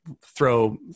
throw